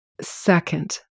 Second